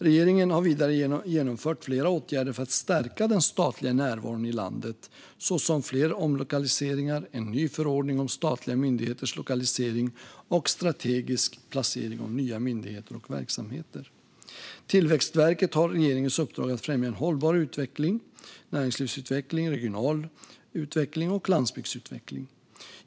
Regeringen har vidare genomfört flera åtgärder för att stärka den statliga närvaron i landet, såsom flera omlokaliseringar, en ny förordning om statliga myndigheters lokalisering och strategisk placering av nya myndigheter och verksamheter. Tillväxtverket har regeringens uppdrag att främja hållbar näringslivsutveckling, regional utveckling och landsbygdsutveckling.